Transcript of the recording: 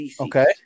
Okay